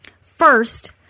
First